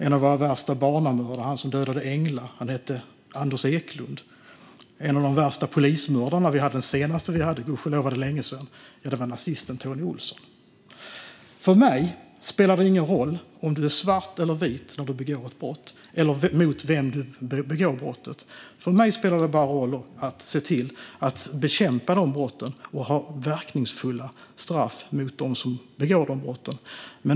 En av våra värsta barnamördare, han som dödade Engla, hette Anders Eklund. En av de värsta polismördarna och den senaste vi hade - gudskelov var det länge sedan - var nazisten Tony Olsson. För mig spelar det ingen roll om du är svart eller vit när du begår ett brott eller mot vem du begår brottet. För mig spelar det bara roll att se till att bekämpa brotten och ha verkningsfulla straff mot dem som begår dem.